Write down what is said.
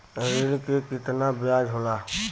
ऋण के कितना ब्याज होला?